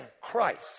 Christ